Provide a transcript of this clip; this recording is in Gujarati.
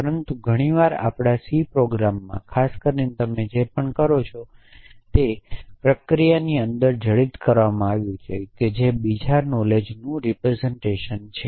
પરંતુ ઘણી વાર આપણાં C પ્રોગ્રામમાં ખાસ કરીને તમે જે પણ કઇ કરો છો તે પ્રક્રિયાની અંદર જડિત કરવામાં આવે છે જે બીજા નોલેજનું પ્રતિનિધિત્વ છે